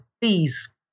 please